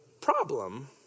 problem